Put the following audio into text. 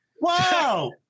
Wow